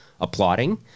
applauding